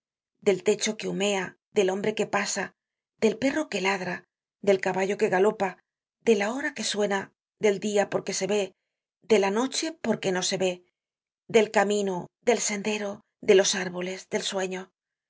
del techo que humea del hombre que pasa del perro que ladra del caballo que galopa de la hora que suena del dia porque se ve de la noche porque no se ve del camino del sendero de los árboles del sueño